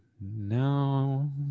No